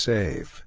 Save